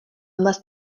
unless